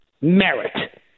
merit